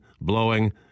blowing